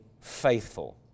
faithful